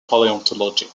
paleontology